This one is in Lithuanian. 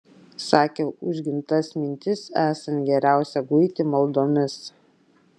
sakė užgintas mintis esant geriausia guiti maldomis